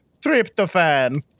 Tryptophan